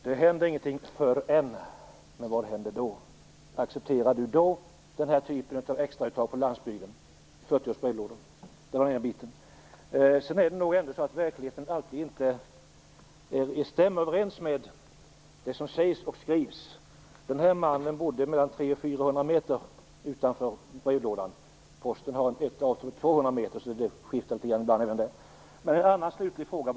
Fru talman! Tack för det konkreta svaret! Det händer ingenting förrän utredningen säger sitt - men vad händer då? Accepterar Per Erik Granström då den här typen av extrauttag på landsbygden när det gäller 40 år gamla brevlådor? Verkligheten stämmer inte alltid överens med det som sägs och skrivs. Den här mannen bodde mellan 300 och 400 meter från brevlådan. Posten har ett avtal om 200 meter, så även det skiftar ibland. En sista fråga.